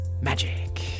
magic